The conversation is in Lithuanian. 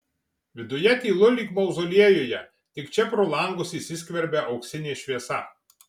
viduje tylu lyg mauzoliejuje tik čia pro langus įsiskverbia auksinė šviesa